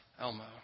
Elmo